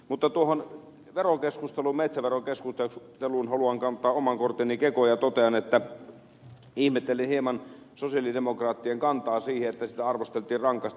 mutta tuohon metsäverokeskusteluun haluan kantaa oman korteni kekoon ja totean että ihmettelen hieman sosialidemokraattien kantaa jossa sitä arvosteltiin rankasti